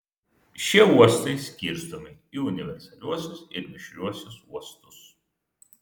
šie uostai skirstomi į universaliuosius ir mišriuosius uostus